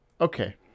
Okay